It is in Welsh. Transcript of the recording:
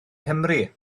nghymru